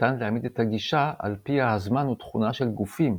ניתן להעמיד את הגישה על-פיה הזמן הוא תכונה של גופים,